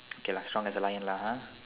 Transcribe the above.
okay lah strong as a lion lah !huh!